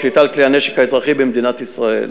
השליטה על כלי הנשק האזרחי במדינת ישראל.